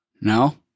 No